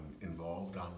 involved